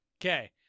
Okay